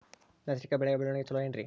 ನೈಸರ್ಗಿಕ ಬೆಳೆಯ ಬೆಳವಣಿಗೆ ಚೊಲೊ ಏನ್ರಿ?